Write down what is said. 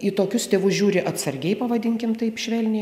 į tokius tėvus žiūri atsargiai pavadinkim taip švelniai